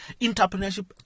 entrepreneurship